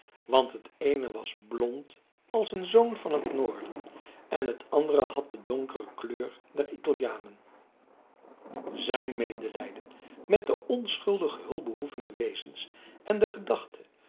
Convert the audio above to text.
want het eene was blond als een zoon van het noorden en het andere had de donkere kleur der italianen zijn medelijden met de onschuldige hulpbehoevende wezens en de gedachte